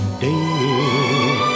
day